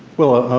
well,